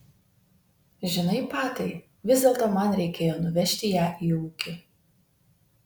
žinai patai vis dėlto man reikėjo nuvežti ją į ūkį